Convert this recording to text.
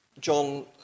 John